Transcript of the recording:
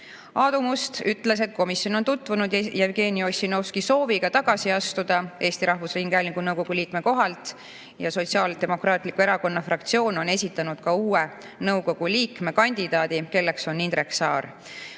Aadu Must ütles, et komisjon on tutvunud Jevgeni Ossinovski sooviga tagasi astuda Eesti Rahvusringhäälingu nõukogu liikme kohalt ja Sotsiaaldemokraatliku Erakonna fraktsioon on esitanud ka uue nõukogu liikme kandidaadi, kelleks on Indrek Saar.